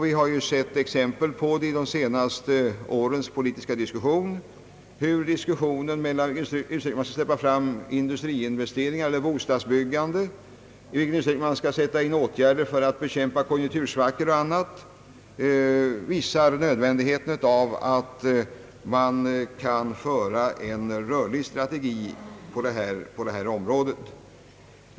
Vi har sett exempel på detta i de senaste årens politiska diskussion om i vilken utsträckning man skall släppa fram industriinvesteringar eller bostadsbyggande, i vilken utsträckning man skall sätta in åtgärder för att be kämpa konjunktursvackor. Vi har bl.a. erfarenheter från de senaste vintermånaderna. Detta visar nödvändigheten av att kunna föra en rörlig strategi på detta område.